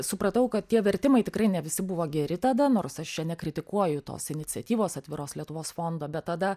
supratau kad tie vertimai tikrai ne visi buvo geri tada nors aš čia nekritikuoju tos iniciatyvos atviros lietuvos fondo bet tada